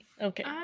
Okay